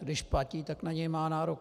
Když platí, tak na něj má nárok.